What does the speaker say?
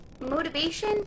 motivation